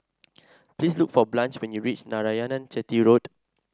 please look for Blanche when you reach Narayanan Chetty Road